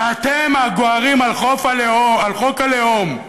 ואתם הגוהרים על חוק הלאום,